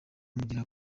mugera